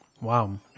Wow